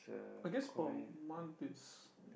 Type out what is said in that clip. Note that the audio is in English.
I guess about a month it's